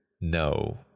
no